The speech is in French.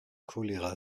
choléra